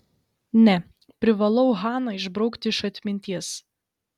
ne privalau haną išbraukti iš atminties